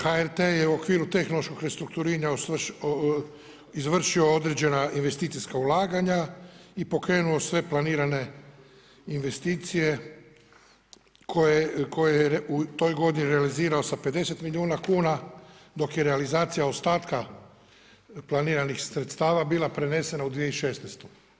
HRT je u okviru tehnološkog restrukturiranja izvršio određena investicijska ulaganja i pokrenuo sve planirane investicije koje u toj godini je realizirao sa 50 milijuna kuna dok je realizacija ostatka planiranih sredstava bila prenesena u 2016.